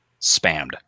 spammed